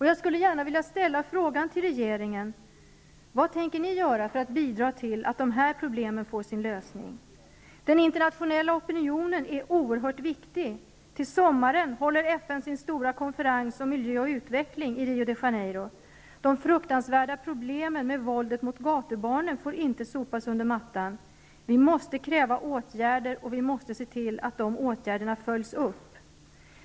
Jag vill gärna fråga regeringen vad den tänker göra för att bidra till att de här problemen löses. Den internationella opinionen är oerhört viktig. Till sommaren håller FN sin stora konferens om miljö och utveckling i Rio de Janeiro. De fruktansvärda problemen med våldet mot gatubarnen får inte sopas under mattan. Vi måste kräva åtgärder och vi måste se till att de följs upp.